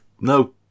No